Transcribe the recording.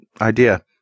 idea